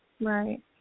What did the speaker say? Right